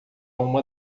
uma